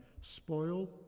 spoil